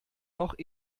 noch